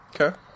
Okay